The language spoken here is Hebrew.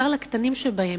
בעיקר לקטנים שבהם.